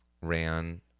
Ran